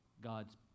God's